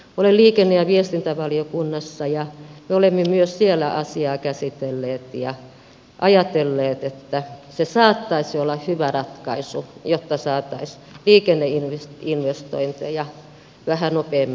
olen liikenne ja viestintävaliokunnassa ja me olemme myös siellä asiaa käsitelleet ja ajatelleet että se saattaisi olla hyvä ratkaisu jotta saataisiin liikenneinvestointeja vähän nopeammin liikkeelle